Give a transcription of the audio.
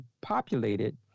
populated